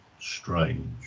strange